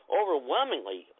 overwhelmingly